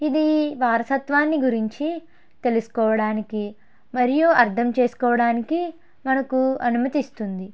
ఇది వారసత్వాన్ని గురించి తెలుసుకోవడానికి మరియు అర్ధం చేసుకోవడానికి మనకు అనుమతిస్తుంది